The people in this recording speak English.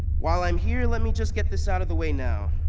while i'm here, let me just get this out of the way now.